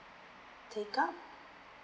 take up